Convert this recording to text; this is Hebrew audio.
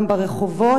גם פעילות ברחובות,